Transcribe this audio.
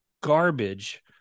garbage